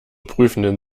prüfenden